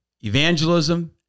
evangelism